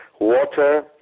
water